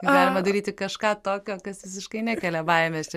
galima daryti kažką tokio kas visiškai nekelia baimės